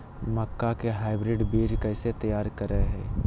मक्का के हाइब्रिड बीज कैसे तैयार करय हैय?